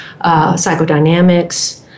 psychodynamics